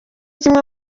kimwe